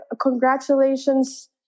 congratulations